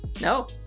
No